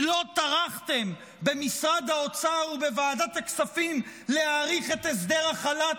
כי לא טרחתם במשרד האוצר ובוועדת הכספים להאריך את הסדר החל"ת